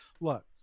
Look